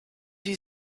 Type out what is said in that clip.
you